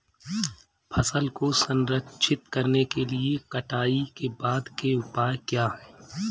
फसल को संरक्षित करने के लिए कटाई के बाद के उपाय क्या हैं?